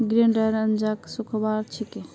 grain dryer अनाजक सुखव्वार छिके